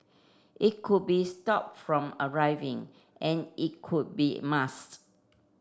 it could be stop from arriving and it could be masked